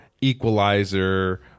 Equalizer